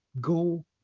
go